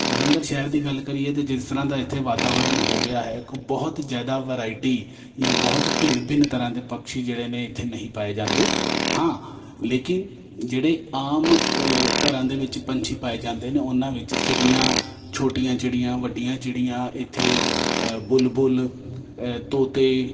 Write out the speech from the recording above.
ਜਲੰਧਰ ਸ਼ਹਿਰ ਦੀ ਗੱਲ ਕਰੀਏ ਤਾਂ ਜਿਸ ਤਰ੍ਹਾਂ ਦਾ ਇੱਥੇ ਵਾਤਾਵਰਨ ਹੋ ਗਿਆ ਹੈ ਕਿ ਬਹੁਤ ਜ਼ਿਆਦਾ ਵਰਾਇਟੀ ਜਾਂ ਬਹੁਤ ਭਿੰਨ ਭਿੰਨ ਤਰ੍ਹਾਂ ਦੇ ਪਕਸ਼ੀ ਜਿਹੜੇ ਨੇ ਇੱਥੇ ਨਹੀਂ ਪਾਏ ਜਾਂਦੇ ਹਾਂ ਲੇਕਿਨ ਜਿਹੜੇ ਆਮ ਘਰਾਂ ਦੇ ਵਿੱਚ ਪੰਛੀ ਪਾਏ ਜਾਂਦੇ ਨੇ ਉਹਨਾਂ ਵਿੱਚ ਚਿੜੀਆਂ ਛੋਟੀਆਂ ਚਿੜੀਆਂ ਵੱਡੀਆਂ ਚਿੜੀਆਂ ਇੱਥੇ ਬੁਲਬੁਲ ਤੋਤੇ